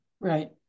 Right